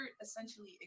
essentially